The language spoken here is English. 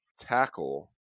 tackle